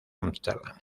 amsterdam